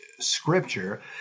scripture